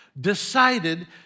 decided